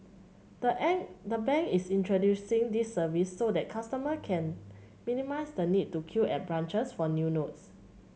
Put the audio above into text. the the bank is introducing this service so that customer can minimise the need to queue at branches for new notes